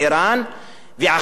ועכשיו בפנים,